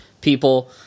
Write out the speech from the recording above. people